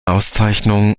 auszeichnung